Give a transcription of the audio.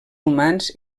humans